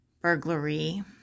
burglary